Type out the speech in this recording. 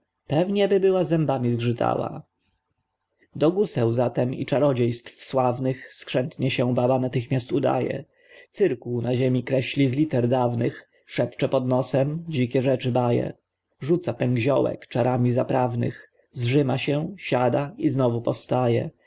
pewnieby była zębami zgrzytała do guseł zatem i czarodziejstw sławnych skrzętnie się baba natychmiast udaje cyrkuł na ziemi kreśli z liter dawnych szepce pod nosem dzikie rzeczy baje rzuca pęk ziołek czarami zaprawnych zżyma się siada i znowu powstaje